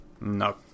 No